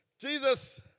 Jesus